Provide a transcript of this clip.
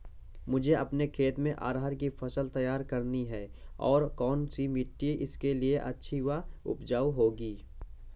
मुझे अपने खेत में अरहर की फसल तैयार करनी है और कौन सी मिट्टी इसके लिए अच्छी व उपजाऊ होगी?